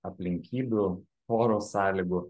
aplinkybių oro sąlygų